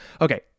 Okay